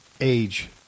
Age